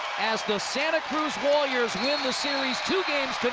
as the santa cruz warriors win the series two